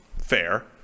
Fair